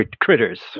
critters